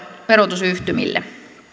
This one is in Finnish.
verotusyhtymille